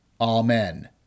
Amen